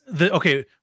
Okay